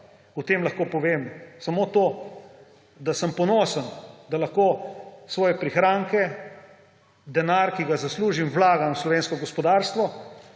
O tem lahko povem samo to, da sem ponosen, da lahko svoje prihranke, denar, ki ga zaslužim, vlagam v slovensko gospodarstvo,